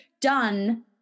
done